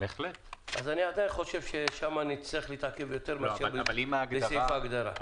אני עדיין חושב ששם נצטרך להתעכב יותר מאשר בסעיף ההגדרה.